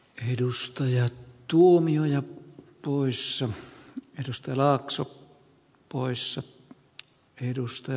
edustajat tuomioja ruoissa edusti laakso poissa kulkemista